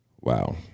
Wow